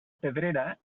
pedrera